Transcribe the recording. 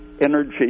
energy